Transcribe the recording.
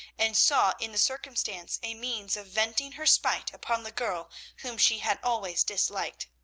and saw in the circumstance a means of venting her spite upon the girl whom she had always disliked.